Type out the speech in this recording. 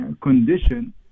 condition